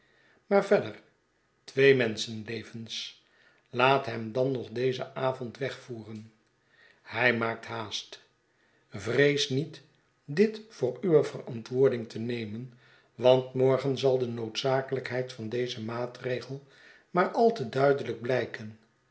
maar verder twee menschenlevens iaat hem dan nog dezen avond wegvoeren hij maakt haast vrees niet dit voor uwe verantwoording te nemen want morgen zal de noodzakelijkheid van dezen maatregel maar ai te duidelijk blijken